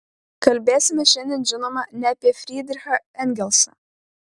kalbėsime šiandien žinoma ne apie frydrichą engelsą